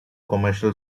commercial